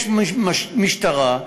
יש משטרה,